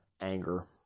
anger